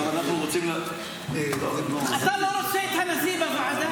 ועכשיו אנחנו רוצים --- אתה לא רוצה את הנשיא בוועדה